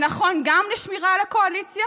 הנכון גם לשמירה על הקואליציה